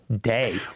day